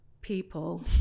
people